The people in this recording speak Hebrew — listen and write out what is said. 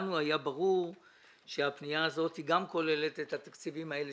לנו היה ברור שהפנייה הזאת היא גם כוללת את התקציבים האלה